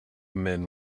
men